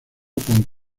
con